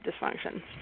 dysfunction